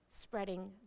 spreading